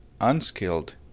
unskilled